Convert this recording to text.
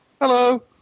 hello